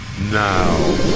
Now